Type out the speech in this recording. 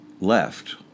left